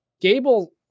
Gable